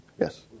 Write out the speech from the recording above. Yes